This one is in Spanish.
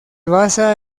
basa